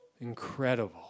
Incredible